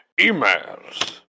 Emails